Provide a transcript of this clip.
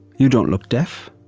you don't look deaf?